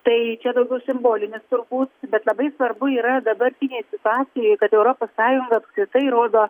tai čia daugiau simbolinis turbūt bet labai svarbu yra dabartinėj situacijoj kad europos sąjunga apskritai rodo